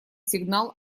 сигнал